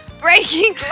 Breaking